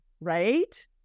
right